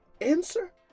answer